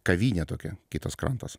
kavinė tokie kitas krantas